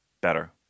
Better